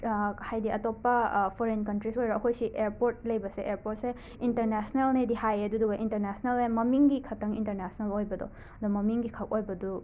ꯍꯥꯏꯗꯤ ꯑꯇꯣꯞꯄ foreign countries ꯑꯣꯏꯔꯣ ꯑꯩꯈꯣꯏ ꯁꯤ ꯑꯦꯔꯄꯣꯔꯠ ꯂꯩꯕꯁꯦ ꯑꯦꯔꯄꯣꯔꯠꯁꯦ ꯏꯟꯇꯔꯅꯦꯁꯅꯦꯜꯅꯦꯗꯤ ꯍꯥꯏꯌꯦ ꯑꯗꯨꯗꯨꯒ ꯏꯟꯇꯔꯅꯦꯁꯅꯦꯜꯅꯦ ꯃꯃꯤꯡꯒꯤ ꯈꯛꯇꯪ ꯏꯟꯇꯔꯅꯦꯁꯅꯦꯜ ꯑꯣꯏꯕꯗꯨ ꯑꯗꯣ ꯃꯃꯤꯡꯒꯤꯈꯛ ꯑꯣꯏꯕꯗꯨ